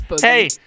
Hey